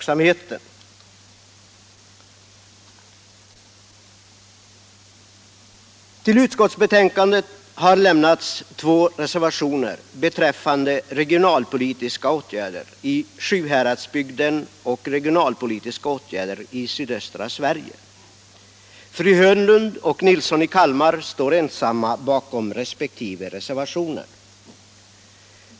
Till utskottsbetänkandet har fogats två reservationer betr. regionalpolitiska åtgärder i Sjuhäradsbygden och i sydöstra Sverige. Fru Hörnlund och herr Nilsson i Kalmar står ensamma bakom resp. reservationer.